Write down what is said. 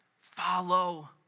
follow